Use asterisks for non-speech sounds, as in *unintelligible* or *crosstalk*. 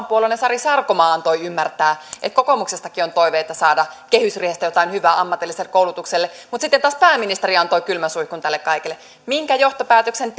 *unintelligible* puolueenne sari sarkomaa antoi ymmärtää että kokoomuksestakin on toiveita saada kehysriihestä jotain hyvää ammatilliselle koulutukselle mutta sitten taas pääministeri antoi kylmän suihkun tälle kaikelle minkä johtopäätöksen *unintelligible*